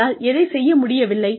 உங்களால் எதைச் செய்ய முடியவில்லை